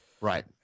Right